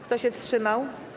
Kto się wstrzymał?